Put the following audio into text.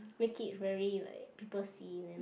make it very like people see then not